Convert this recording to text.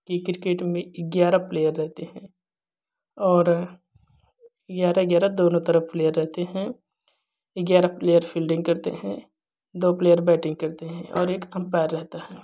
कि क्रिकेट में ग्यारह प्लेयर रहते हैं और ग्यारह ग्यारह दोनों तरफ प्लेयर रहते हैं ग्यारह प्लेयर फील्डिंग करते हैं दो प्लयेर बैटिंग करते हैं और एक अंपायर रहता है